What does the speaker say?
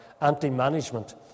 anti-management